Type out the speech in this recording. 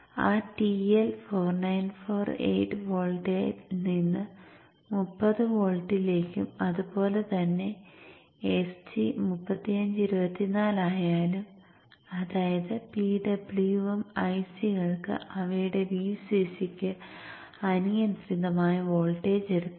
ആ TL 494 8 വോൾട്ടിൽ നിന്ന് 30 വോൾട്ടിലേക്കും അതുപോലെ തന്നെ SG 3524 ആയാലും അതായത് ഈ PWM IC കൾക്ക് അവയുടെ Vcc ക്ക് അനിയന്ത്രിതമായ വോൾട്ടേജ് എടുക്കാം